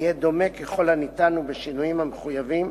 יהיה דומה ככל האפשר, ובשינויים המחויבים,